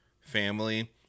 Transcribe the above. family